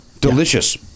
Delicious